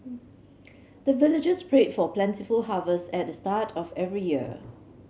the villagers pray for plentiful harvest at the start of every year